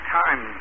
time